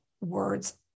words